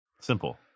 Simple